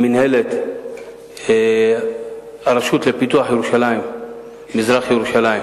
מינהלת הרשות לפיתוח מזרח-ירושלים